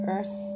Earth